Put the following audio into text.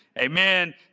amen